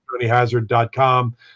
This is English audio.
tonyhazard.com